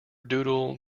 doodle